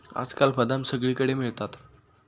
आजकाल बदाम सगळीकडे मिळतात